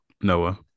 Noah